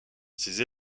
ces